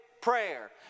prayer